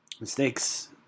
Mistakes